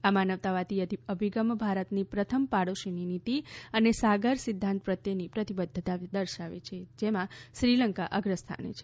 આ માનવતાવાદી અભિગમ ભારતની પ્રથમ પાડોશીની નીતિ અને સાગર સિધ્ધાંત પ્રત્યેની પ્રતિબદ્વતા દર્શાવે છે જેમાં શ્રીલંકા અગ્રસ્થાને છે